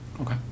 Okay